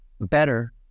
better